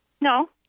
No